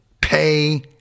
Pay